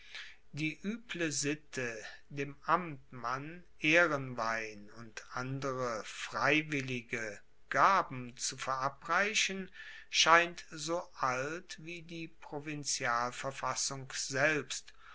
die ueble sitte dem amtmann ehrenwein und andere freiwillige gaben zu verabreichen scheint so alt wie die provinzialverfassung selbst